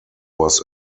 was